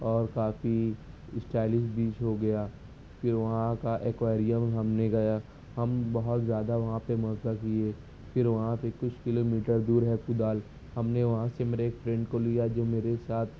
اور کافی اسٹائلس بیچ ہو گیا پھر وہاں کا ایکوریم ہم نے گیا ہم بہت زیادہ وہاں پہ مزا کیے پھر وہاں سے کچھ کلو میٹر دور ہے کدال ہم نے وہاں سے میرے ایک فرینڈ کو لیا جو میرے ساتھ